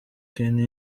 kenny